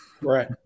right